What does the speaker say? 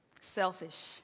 selfish